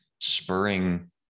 spurring